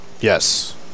Yes